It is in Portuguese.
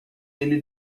ele